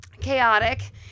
chaotic